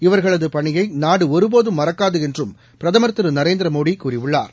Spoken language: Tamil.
இவர்களது பணியை நாடு ஒரு போதும் மறக்காது என்றும் பிரதமர் நரேந்திர மோதி கூறியுள்ளார்